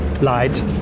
light